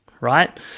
Right